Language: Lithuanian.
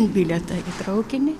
bilietą į traukinį